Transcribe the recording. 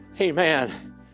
Amen